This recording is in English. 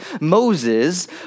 Moses